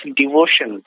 devotion